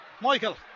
Michael